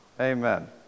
Amen